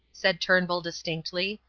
said turnbull distinctly,